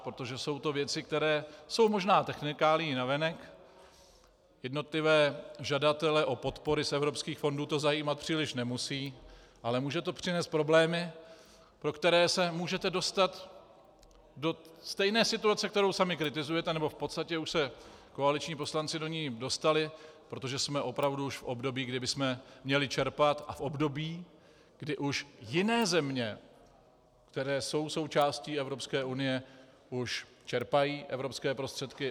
Protože jsou to věci, které jsou možná technikálií navenek, jednotlivé žadatele o podpory z evropských fondů to zajímat příliš nemusí, ale může to přinést problémy, pro které se můžete dostat do stejné situace, kterou sami kritizujete, nebo v podstatě už se koaliční poslanci do ní dostali, protože jsme opravdu už v období, kdy bychom měli čerpat, a v období, kdy jiné země, které jsou součástí Evropské unie, už čerpají evropské prostředky.